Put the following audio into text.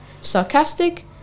sarcastic